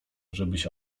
żebyś